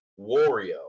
Wario